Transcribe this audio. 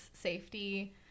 safety